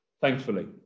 thankfully